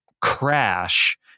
crash